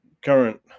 current